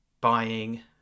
buying